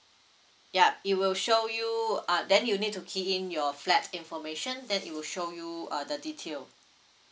yup it will show you ah then you need to key in your flat information then it will show you uh the detail